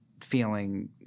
feeling